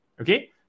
okay